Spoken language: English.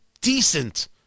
decent